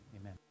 Amen